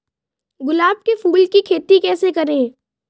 गुलाब के फूल की खेती कैसे करें?